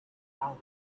alchemy